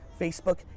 Facebook